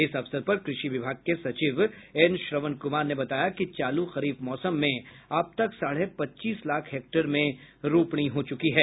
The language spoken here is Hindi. इस अवसर पर कृषि विभाग के सचिव एनश्रवण कुमार ने बताया कि चालू खरिफ मौसम में अब तक साढ़े पचीस लाख हेक्टेयर में रोपणी हो चुकी है